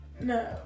No